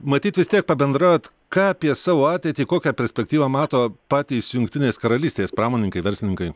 matyt vis tiek pabendraujat ką apie savo ateitį kokią perspektyvą mato patys jungtinės karalystės pramoninkai verslininkai